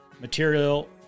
material